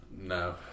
No